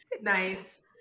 Nice